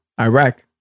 Iraq